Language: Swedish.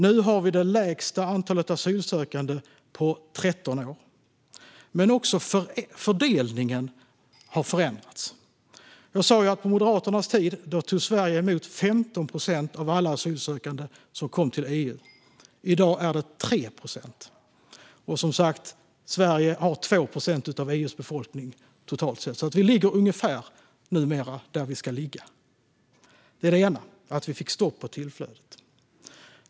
Nu har vi det lägsta antalet asylsökande på 13 år. Men det handlar också om att fördelningen har förändrats. Som jag sa tog Sverige på Moderaternas tid emot 15 procent av alla asylsökande som kom till EU. I dag är det 3 procent, och Sverige har som sagt 2 procent av EU:s befolkning totalt sett. Vi ligger alltså numera ungefär där vi ska ligga. Detta är det ena: Vi fick stopp på tillflödet.